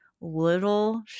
little